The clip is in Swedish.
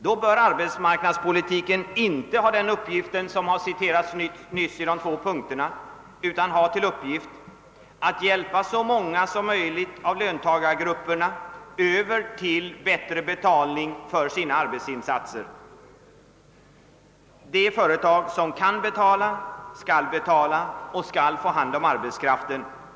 Då bör arbetsmarknadspolitiken inte ha den uppgift som angivits i ovannämnda uttalanden från arbetsmarknadsstyrelsens sida utan ha till uppgift att hjälpa så många som möjligt av löntagargrupperna över till bätt re betalning för deras arbetsinsatser. De företag som kan betala, skall betala och skall få hand om arbetskraften.